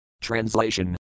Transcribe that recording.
Translation